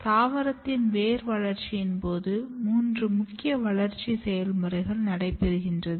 தாவரத்தின் வேர் வளர்ச்சியின் போது மூன்று முக்கிய வளர்ச்சி செயல்முறைகள் நடைபெறுகிறது